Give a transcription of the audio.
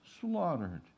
slaughtered